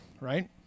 right